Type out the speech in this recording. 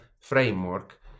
framework